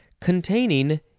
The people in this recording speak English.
containing